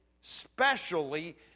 specially